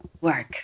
work